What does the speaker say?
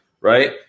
right